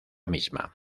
misma